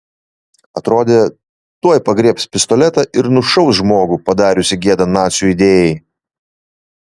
atrodė tuoj pagriebs pistoletą ir nušaus žmogų padariusį gėdą nacių idėjai